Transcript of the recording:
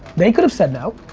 they could've said no.